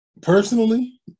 Personally